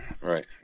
right